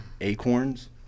Acorns